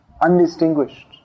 undistinguished